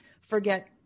forget